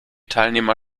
teilnehmer